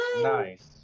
Nice